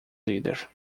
líder